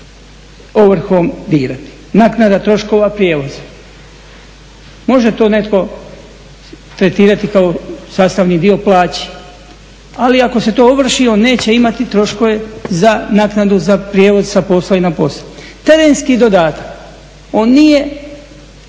ovrhom dirati. Naknada troškova prijevoza, može to neko tretirati kao sastavni dio plaće, ali ako se to ovrši on neće imati troškove za naknadu za prijevoz sa posla i na posao. Terenski dodatak, on nije